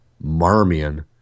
Marmion